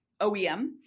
OEM